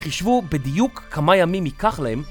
חישבו בדיוק כמה ימים ייקח להם